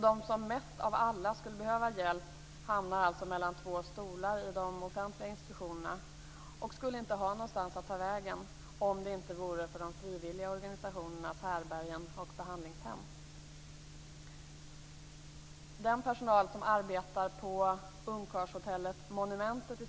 De som mest av alla skulle behöva hjälp hamnar alltså mellan två stolar i de offentliga institutionerna och skulle inte ha någonstans att ta vägen om det inte vore för de frivilliga organisationernas härbärgen och behandlingshem.